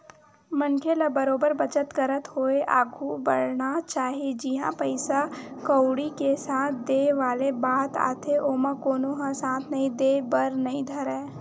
मनखे ल बरोबर बचत करत होय आघु बड़हना चाही जिहाँ पइसा कउड़ी के साथ देय वाले बात आथे ओमा कोनो ह साथ नइ देय बर नइ धरय